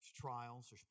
trials